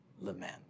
lament